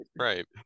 Right